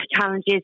challenges